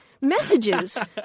messages